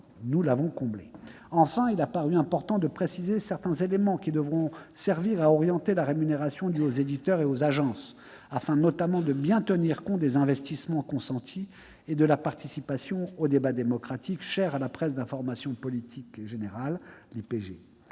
nous avons comblé. Enfin, il a paru important de préciser certains éléments qui devront servir à orienter la rémunération due aux éditeurs et aux agences, afin notamment de bien tenir compte des investissements consentis et de la participation au débat démocratique chère à la presse IPG. La commission a adopté